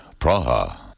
Praha